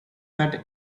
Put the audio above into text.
that